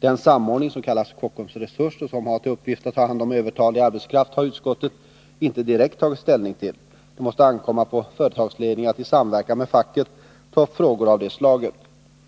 Den anordning som kallas Kockum Resurs och som har till uppgift att ta hand om övertalig arbetskraft har utskottet inte direkt tagit ställning till. Det måste ankomma på företagsledningen att i samverkan med facket ta upp frågor av det slaget.